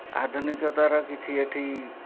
ଆଧୁନିକତାର କିଛି ଏଠି